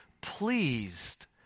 pleased